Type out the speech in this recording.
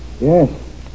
Yes